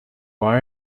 are